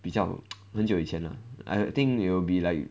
比较很久以前 lah I think you will be like